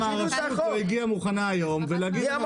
הרשות לא הגיעה מוכנה היום ולהגיד: אנחנו מוכנים?